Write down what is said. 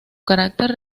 carácter